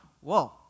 whoa